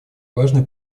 важные